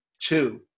two